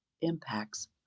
impacts